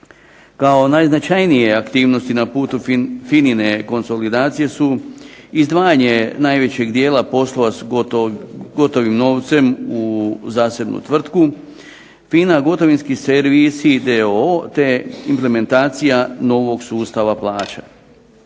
Kao najznačajnije aktivnosti na putu FINA-ine konsolidacije su izdvajanje najvećeg dijela poslova s gotovim novcem u zasebnu tvrtku FINA-gotovinski servisi d.o.o. te implementacija novog sustava plaća.